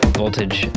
voltage